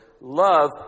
love